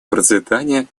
процветания